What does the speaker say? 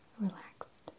relaxed